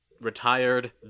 retired